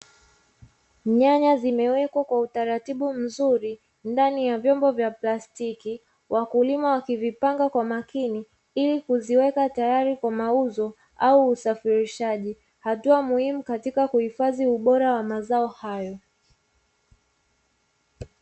Nyanya zimewekwa kwa utaratibu mzuri ndani ya vyombo vya plastiki, wakulima wakivipanga kwa makini ili kuviweka tayari kwa mauzo au usafirishaji, hatua muhimu katika kuhifadhi ubora wa mazao hayo.